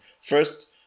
first